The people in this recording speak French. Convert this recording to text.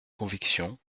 conviction